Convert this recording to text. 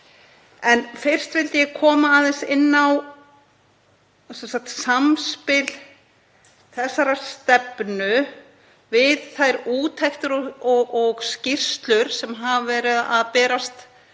Fyrst vil ég koma aðeins inn á samspil þessarar stefnu við þær úttektir og þær skýrslur sem hafa verið að berast til